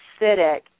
acidic